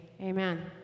amen